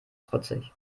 trotzig